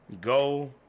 go